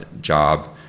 job